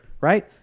Right